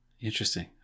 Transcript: Interesting